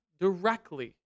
directly